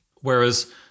Whereas